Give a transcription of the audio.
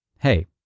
Hey